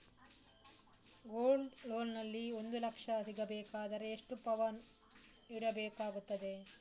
Gold loan ನಲ್ಲಿ ಒಂದು ಲಕ್ಷ ಸಿಗಬೇಕಾದರೆ ಎಷ್ಟು ಪೌನು ಇಡಬೇಕಾಗುತ್ತದೆ?